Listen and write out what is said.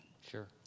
Sure